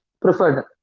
preferred